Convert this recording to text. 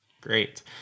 Great